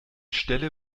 stelle